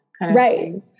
right